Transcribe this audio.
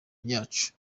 yacu